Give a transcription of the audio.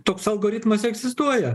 toks algoritmas egzistuoja